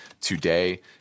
today